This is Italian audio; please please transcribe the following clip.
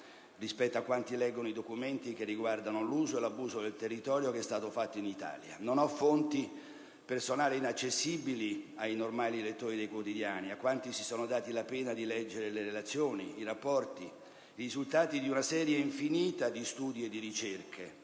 rispetto a quanti leggono i documenti che riguardano l'uso e l'abuso del territorio che è stato fatto in Italia. Non ho fonti personali inaccessibili ai normali lettori dei quotidiani e a quanti si sono dati la pena di leggere le relazioni, i rapporti, i risultati di una serie infinita di studi e ricerche